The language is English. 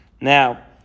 Now